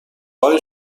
های